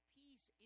peace